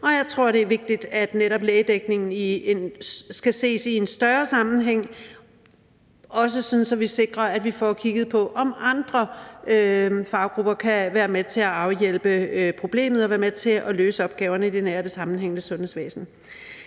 og jeg tror, det er vigtigt, at netop lægedækningen skal ses i en større sammenhæng, også sådan at vi sikrer, at vi får kigget på, om andre faggrupper kan være med til at afhjælpe problemet og være med til at løse opgaverne i det nære og sammenhængende sundhedsvæsen.